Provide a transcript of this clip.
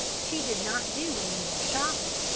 she did not do any more shopping,